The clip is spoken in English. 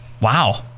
Wow